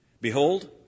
Behold